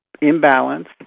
imbalance